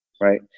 right